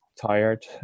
tired